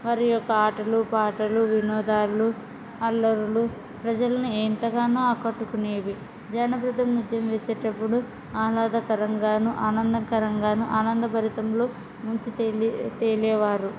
వారి యొక్క ఆటలు పాటలు వినోదాలు అల్లరులు ప్రజలను ఎంతగానో ఆకట్టుకునేవి జానపద నృత్యం వేసేటప్పుడు ఆహ్లాదకరంగాను ఆనందకరంగాను ఆనందభరితంలో ముంచి తేలేవారు